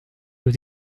aux